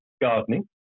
gardening